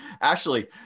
Ashley